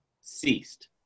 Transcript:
ceased